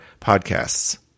podcasts